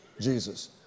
Jesus